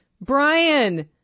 Brian